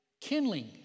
kindling